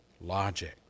logic